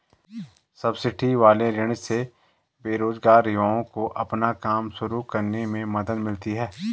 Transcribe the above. subsidy वाले ऋण से बेरोजगार युवाओं को अपना काम शुरू करने में मदद मिलती है